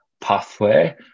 pathway